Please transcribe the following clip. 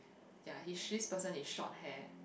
ya he she's person is short hair